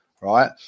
right